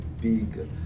big